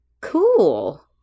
Cool